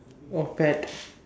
oh fat